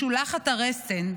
משולחת הרסן,